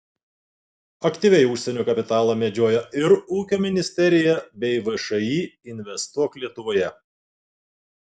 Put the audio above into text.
aktyviai užsienio kapitalą medžioja ir ūkio ministerija bei všį investuok lietuvoje